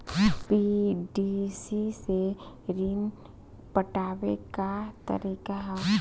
PDC से ऋण पटावे के का तरीका ह?